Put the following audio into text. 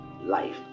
Life